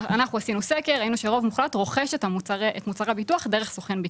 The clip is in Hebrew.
אנחנו עשינו סקר וראינו שרוב מוחלט רוכש את מוצר הביטוח דרך סוכן ביטוח.